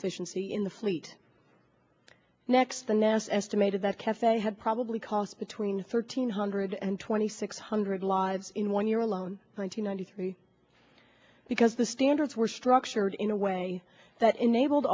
efficiency in the fleet next the nest estimated that cafe had probably cost between thirteen hundred and twenty six hundred lives in one year alone one thousand nine hundred three because the standards were structured in a way that enabled